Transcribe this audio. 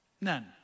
None